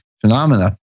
phenomena